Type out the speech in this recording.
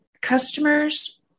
customers